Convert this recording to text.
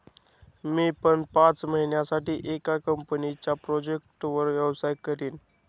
मी पण पाच महिन्यासाठी एका कंपनीच्या प्रोजेक्टवर व्यवसाय करीन